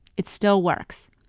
it still works.